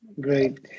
great